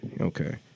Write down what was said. Okay